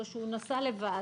או שהוא נסע לבד,